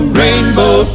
rainbow